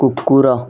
କୁକୁର